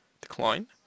decline